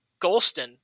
Golston